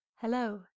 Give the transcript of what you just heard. Hello